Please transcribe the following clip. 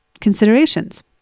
considerations